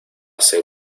ser